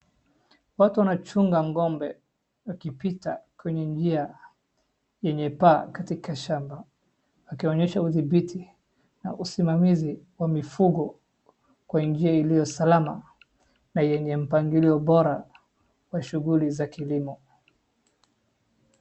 Watu wanachunga ng'omba wakipita kwenye njia yenye paa katika shamba wakionyesha udhibiti na usimamizi wa mifugo kwa njia iliyosalama na yenye mpangilio bora kwa shughuli za kilimo.